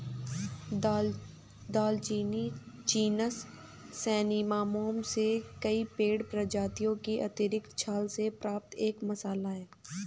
दालचीनी genus Cinnamomum से कई पेड़ प्रजातियों की आंतरिक छाल से प्राप्त एक मसाला है